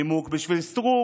נימוק בשביל סטרוק,